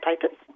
papers